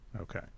Okay